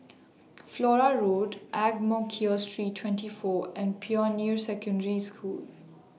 Flora Road Ang Mo Kio Street twenty four and Pioneer Secondary School